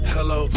Hello